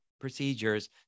procedures